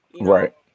right